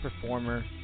performer